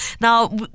Now